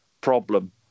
problem